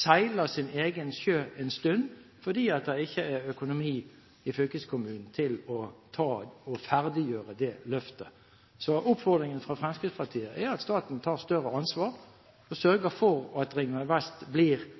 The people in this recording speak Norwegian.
seiler sin egen sjø en stund, fordi det ikke er økonomi i fylkeskommunen til å ferdiggjøre det løftet. Så oppfordringen fra Fremskrittspartiet er at staten tar større ansvar, og sørger for at Ringvei Vest blir